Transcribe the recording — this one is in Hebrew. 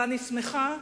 ואני שמחה.